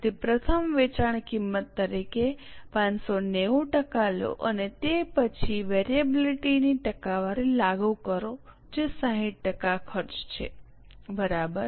તેથી પ્રથમ વેચાણ કિંમત તરીકે 59૦ ટકા લો અને તે પછી વેરીએબિલીટીની ટકાવારી લાગુ કરો જે 60 ટકા ખર્ચ છે બરાબર